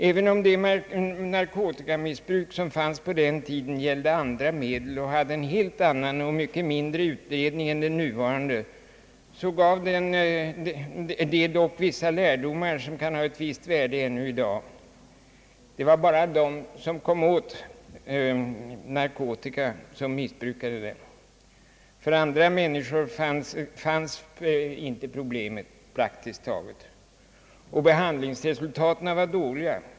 Även om det narkotikamissbruk som fanns på den tiden gällde andra medel och hade en helt annan och mycket mindre utbredning än den nuvarande, gav det dock en del lärdomar som kan ha ett visst värde även i dag. Endast de som kom åt narkotika missbrukade det. För andra människor fanns inte problemet, praktiskt taget. Behandlingsresultaten var dåliga.